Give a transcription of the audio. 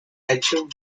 achieved